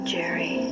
Jerry